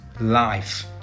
life